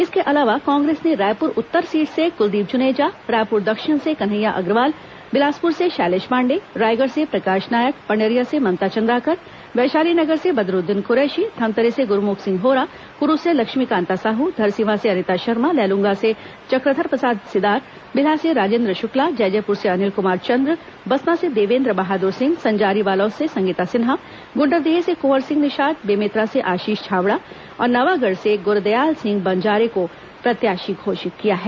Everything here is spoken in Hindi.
इसके अलावा कांग्रेस ने रायपुर उत्तर सीट से कुलदीप जुनेजा रायपुर दक्षिण से कन्हैया अग्रवाल बिलासपुर से शैलेष पांडेय रायगढ़ से प्रकाश नायक पंडरिया से ममता चंद्राकर वैशाली नगर से बदरूद्दीन कुरैशी धमतरी से गुरूमुख सिंह होरा कुरूद से लक्ष्मीकांता साहू धरसीवां से अनिता शर्मा लैलूंगा से चक्रधर प्रसाद सिदार बिल्हा से राजेन्द्र शुक्ला जैजैपुर से अनिल कुमार चंद्र बसना से देवेन्द्र बहादुर सिंह संजारी बालोद से संगीता सिन्हा गुंडरदेही से कुंवर सिंह निषाद बेमेतरा से आशीष छाबड़ा और नवागढ़ से गुरदयाल सिंह बंजारे को प्रत्याशी घोषित किया है